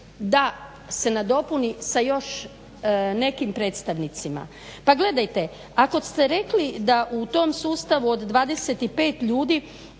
da se nadopuni sa još nekim predstavnicima. Pa gledajte, ako ste rekli da u tom sustavu od 25 ljudi